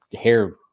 hair